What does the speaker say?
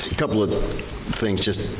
couple of things just.